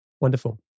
Wonderful